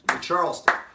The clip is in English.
Charleston